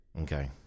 okay